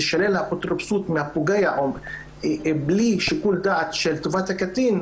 תישלל האפוטרופסות מהפוגע או בלי שיקול דעת של טובת הקטין,